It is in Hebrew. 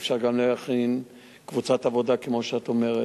אפשר גם להכין קבוצת עבודה, כמו שאת אומרת,